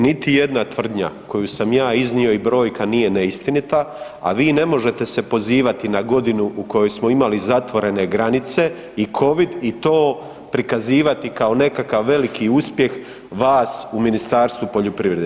Niti jedna tvrdnja koju sam ja iznio i brojka nije neistinita, a vi ne možete se pozivati na godinu u kojoj smo imali zatvorene granice i covid i to prikazivati kao nekakav veliki uspjeh vas u Ministarstvu poljoprivrede.